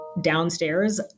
downstairs